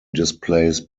displays